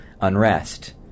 unrest